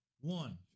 One